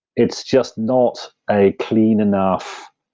it's just not a clean enough,